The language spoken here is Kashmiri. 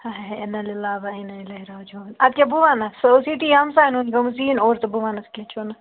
ہے ہے ہے انا لِلہ وَ اِنا اِلیہِ راجِعوٗن اَدٕ کیٛاہ بہٕ وَنَس سُہ اوس ییٚتی ہَمساین ہُنٛد گٲمٕژ یِیِنۍ اورٕ تہٕ بہٕ وَنَس کیٚنٛہہ چھُنہٕ